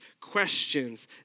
questions